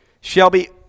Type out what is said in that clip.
Shelby